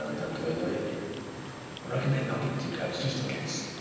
i don't go into it. i recommend not getting too close, just in case.